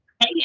Hey